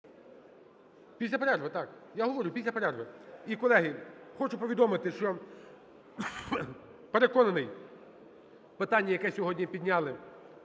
Після перерви, так. Я говорю, після перерви. І, колеги, хочу повідомити, що переконаний питання, яке сьогодні підняли